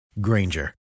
Granger